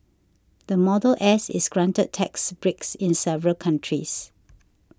the Model S is granted tax breaks in several countries